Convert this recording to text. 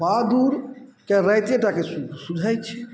बादुरके राइते टा कऽ सू सुझाइ छै